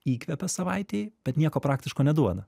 įkvepia savaitei bet nieko praktiško neduoda